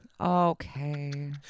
Okay